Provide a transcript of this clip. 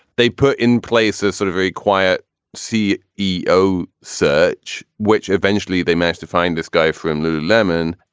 they put in place a sort of a quiet c e o search, which eventually they managed to find this guy from lululemon.